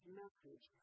message